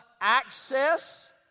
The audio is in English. access